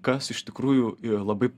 kas iš tikrųjų labai